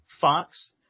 Fox